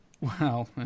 Wow